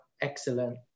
excellent